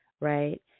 right